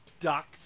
ducks